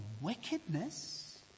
wickedness